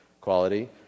quality